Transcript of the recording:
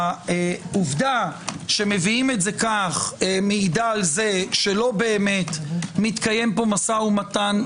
העובדה שמביאים את זה כך מעידה על כך שלא באמת מתקיים פה משא ומתן.